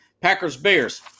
Packers-Bears